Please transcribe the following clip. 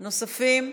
נוספים?